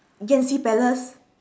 yan xi palace